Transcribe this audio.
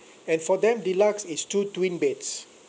and for them deluxe is two twin beds